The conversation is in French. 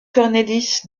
cornelis